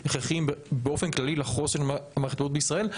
באופן כללי לחוסן מערכת הבריאות בישראל,